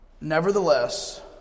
Nevertheless